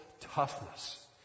toughness